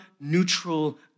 neutral